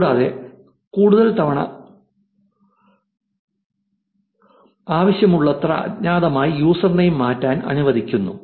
കൂടാതെ കൂടുതൽ തവണ ആവശ്യമുള്ളത്ര അജ്ഞാതമായി യൂസർനെയിം മാറ്റാൻ അനുവദിക്കുന്നു